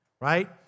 right